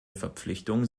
verpflichtung